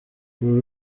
uru